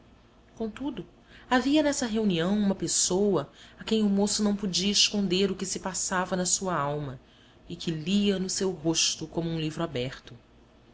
contudo havia nessa reunião uma pessoa a quem o moço não podia esconder o que se passava na sua alma e que lia no seu rosto como um livro aberto